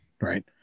Right